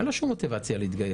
אין לו שום מוטיבציה להתגייס.